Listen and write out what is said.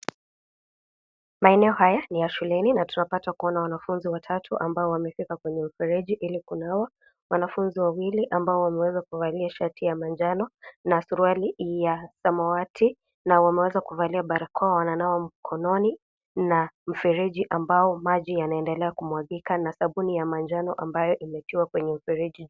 Maeneo haya ni ya shuleni na tunapata kuona wanafunzi watatu ambao wabeba kwenye mfereji Ili kunawa. Wanafunzi wawili ambao wameweza kuvalia shati ya manjano na suruali ya samawati na wameweza kuvalia barakoa, wananawa mikononi na mfereji ambao maji yanaendelea kumwagika na sabuni ya manjano ambayo imetiwa kwenye mfereji.